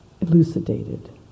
elucidated